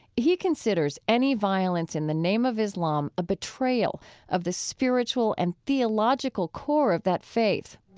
he considers any violence in the name of islam a betrayal of the spiritual and theological core of that faith.